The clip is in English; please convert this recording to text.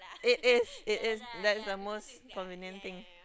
it is it is that is the most convenient thing